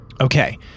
Okay